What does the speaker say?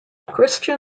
christian